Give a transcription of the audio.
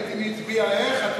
ראיתי מי הצביע איך.